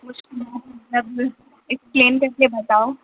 مجھ کو ایکسپلین کر کے بتاؤ